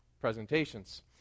presentations